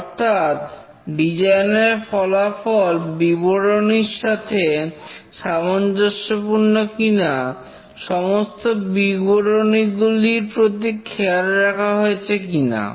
অর্থাৎ ডিজাইন এর ফলাফল বিবরণীর সাথে সামঞ্জস্যপূর্ণ কিনা সমস্ত বিবরণীগুলির প্রতি খেয়াল রাখা হয়েছে কিনা